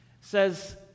says